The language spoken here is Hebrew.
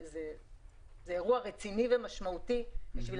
זה אירוע רציני ומשמעותי מספיק בשביל